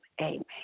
amen